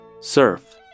surf